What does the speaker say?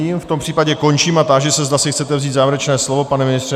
V tom případě končím a táži se, zda si chcete vzít závěrečné slovo pane ministře?